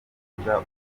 kuvuga